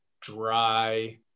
dry